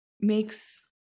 makes